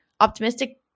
optimistic